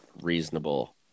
reasonable